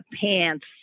pants